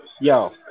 Yo